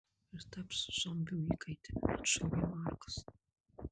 ir taps zombių įkaite atšovė markas